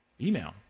email